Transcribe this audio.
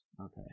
Okay